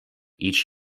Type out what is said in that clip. each